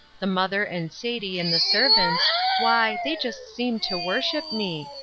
the mother and sadie and the servants why, they just seemed to worship me.